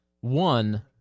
one